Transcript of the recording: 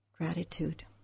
Gratitude